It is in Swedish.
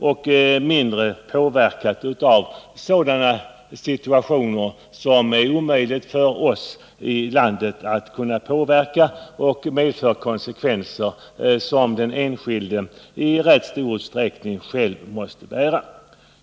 Jag tänker då på ett index som är mindre känsligt för situationer som uppstår genom en utveckling som vi inte här i landet har möjlighet att påverka, dvs. sådant som får konsekvenser som den enskilde i rätt stor utsträckning själv måste bära.